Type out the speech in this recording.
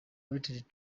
related